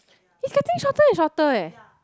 he's getting shorter and shorter eh